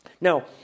Now